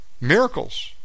Miracles